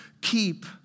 keep